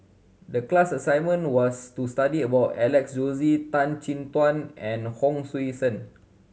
the class assignment was to study about Alex Josey Tan Chin Tuan and Hon Sui Sen